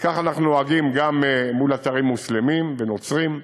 וכך אנחנו נוהגים גם מול אתרים מוסלמיים ונוצריים,